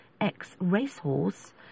ex-racehorse